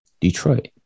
Detroit